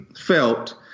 felt